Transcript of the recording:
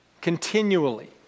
Continually